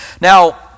Now